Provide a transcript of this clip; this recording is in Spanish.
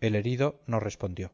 el herido no respondió